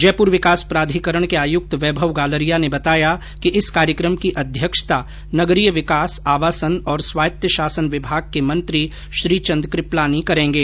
जयपुर विकास प्राधिकरण के आयुक्त वैभव गालरिया ने बताया कि इस कार्यक्रम की अध्यक्षता नगरीय विकास आवासन और स्वायत्त शासन विभाग के मंत्री श्रीचंद कृपलानी करेंगे